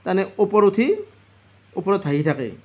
মানে ওপৰ উঠি ওপৰত ভাঁহি থাকে